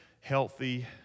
healthy